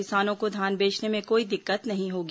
किसानों को धान बेचने में कोई दिक्कत नहीं होगी